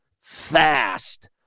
fast